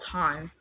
time